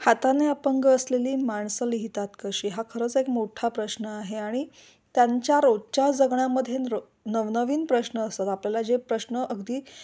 हाताने अपंग असलेली माणसं लिहितात कशी हा खरंच एक मोठा प्रश्न आहे आणि त्यांच्या रोजच्या जगण्यामध्ये न नवनवीन प्रश्न असतात आपल्याला जे प्रश्न अगदी